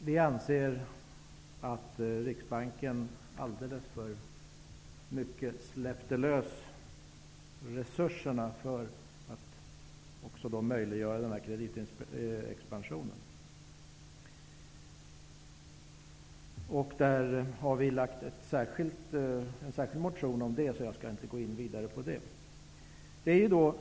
Vi anser att Riksbanken alldeles för mycket släppte lös resurserna för att möjliggöra kreditexpansionen. Vi har väckt en särskild motion om detta, så jag skall inte gå närmare in på den saken.